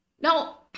Now